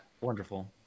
Wonderful